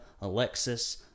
Alexis